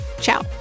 Ciao